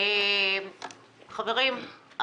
חברים,